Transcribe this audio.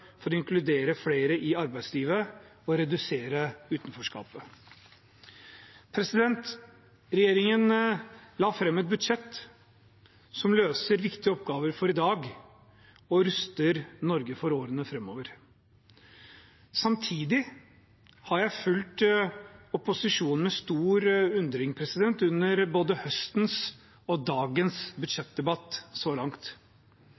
for å inkludere flere i arbeidslivet og redusere utenforskapet. Regjeringen la fram et budsjett som løser viktige oppgaver for i dag og ruster Norge for årene framover. Samtidig har jeg fulgt opposisjonen med stor undring under både høstens og dagens budsjettdebatt så langt.